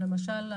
למשל,